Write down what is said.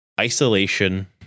isolation